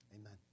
Amen